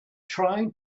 trying